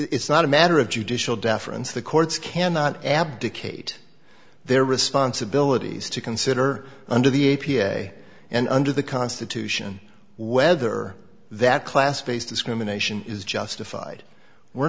it's not a matter of judicial deference the courts cannot abdicate their responsibilities to consider under the a p a and under the constitution whether that class based discrimination is justified we're